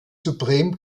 supreme